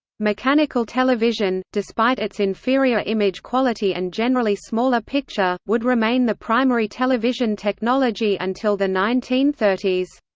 mechanical television, despite its inferior image quality and generally smaller picture, would remain the primary television technology until the nineteen thirty s.